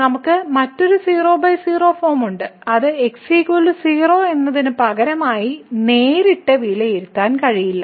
നമുക്ക് മറ്റൊരു 00 ഫോം ഉണ്ട് അത് x 0 എന്നതിന് പകരമായി നേരിട്ട് വിലയിരുത്താൻ കഴിയില്ല